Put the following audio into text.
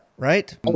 right